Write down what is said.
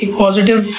positive